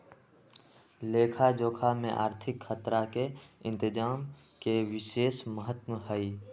लेखा जोखा में आर्थिक खतरा के इतजाम के विशेष महत्व हइ